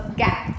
gap